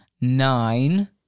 Nine